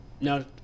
now